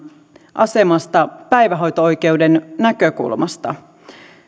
asemasta päivähoito oikeuden näkökulmasta